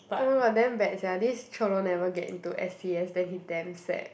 oh my god damn bad sia this Cholo never get into s_c_s then he damn sad